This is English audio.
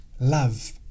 Love